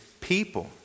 people